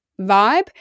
vibe